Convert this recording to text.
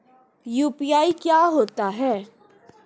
UPI क्या होता है?